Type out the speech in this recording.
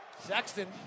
Sexton